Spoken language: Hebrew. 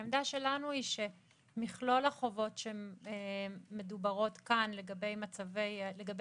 העמדה שלנו היא שמכלול החובות שמדוברות כאן לגבי מצב